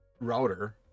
Router